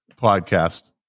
podcast